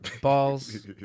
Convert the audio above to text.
balls